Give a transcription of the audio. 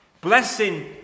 Blessing